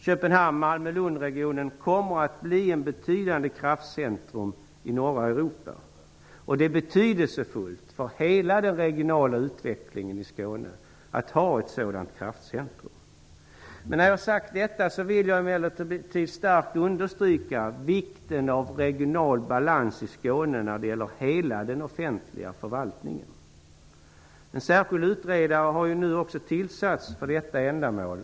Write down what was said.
Köpenhamn-Malmö-Lund-regionen kommer att bli ett betydande kraftcentrum i norra Europa. Det är betydelsefullt för hela den regionala utvecklingen i Skåne att ha ett sådant kraftcentrum. När jag har sagt detta, vill jag emellertid starkt understryka vikten av regional balans i Skåne när det gäller hela den offentliga förvaltningen. En särskild utredare har ju nu också tillsatts för detta ändamål.